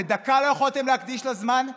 ודקה לא יכולתם להקדיש לה זמן?